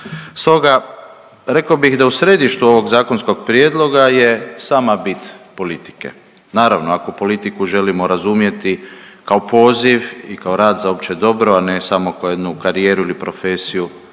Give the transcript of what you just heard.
Stoga, rekao bih da u središtu ovog zakonskog prijedloga je sama bit politike. Naravno, ako politiku želimo razumjeti kao poziv i kao rad za opće dobro, ali ne samo kao jednu karijeru ili profesiju